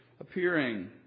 appearing